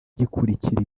gikurikira